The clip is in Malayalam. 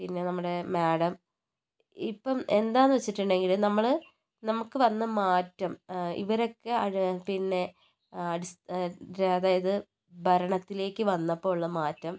പിന്നെ നമ്മുടെ മാഡം ഇപ്പം എന്താന്ന് വെച്ചിട്ടുണ്ടെങ്കില് നമ്മള് നമുക്ക് വന്ന മാറ്റം ഇവരൊക്കെ പിന്നെ അടിസ്ഥ അതായത് ഭരണത്തിലേക്ക് വന്നപ്പോൾ ഉള്ള മാറ്റം